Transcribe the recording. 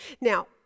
Now